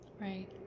Right